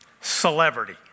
celebrity